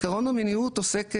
עיקרון המניעות עוסק באדם,